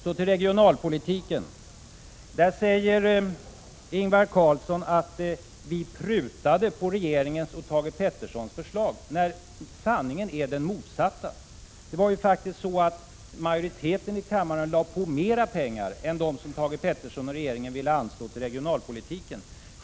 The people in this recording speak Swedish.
Så till regionalpolitiken. Ingvar Carlsson säger att vi prutade på regeringens och Thage G Petersons förslag när sanningen är den motsatta. Det var ju faktiskt så att majoriteten i kammaren fattade beslut som innebar mer pengar än dem som Thage G Peterson och regeringen ville anslå till regionalpolitiken.